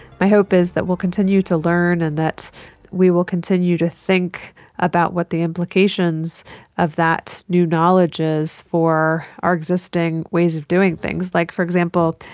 my hope is that we will continue to learn and that we will continue to think about what the implications of that new knowledge is for our existing ways of doing things. like, for example,